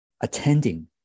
attending